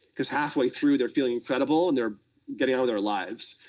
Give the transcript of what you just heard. because halfway through, they're feeling incredible, and they're getting on with their lives.